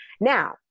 Now